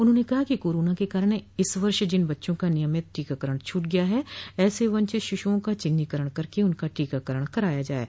उन्होंने कहा कि कोरोना के कारण इस वर्ष जिन बच्चों का नियमित टीकाकरण छूट गया है ऐसे वंचित शिशुओं का चिन्हीकरण करके उनका टीकाकरण कराया जाये